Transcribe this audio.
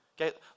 Okay